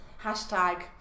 hashtag